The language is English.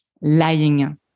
lying